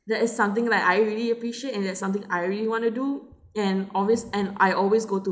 that is something like I really appreciate and that's something I really want to do and always and I always go to